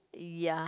ya